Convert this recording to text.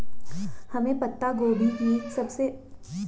हमें पत्ता गोभी की सबसे अच्छी गुणवत्ता वाली किस्म के बारे में जानकारी चाहिए?